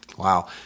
Wow